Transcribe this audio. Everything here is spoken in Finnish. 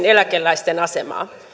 eläkeläisten asemaa